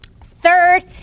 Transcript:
Third